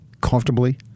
comfortably